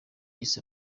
yise